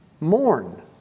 mourn